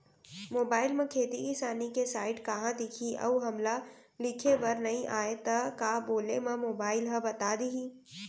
Mobile म खेती किसानी के साइट कहाँ दिखही अऊ हमला लिखेबर नई आय त का बोले म मोबाइल ह बता दिही?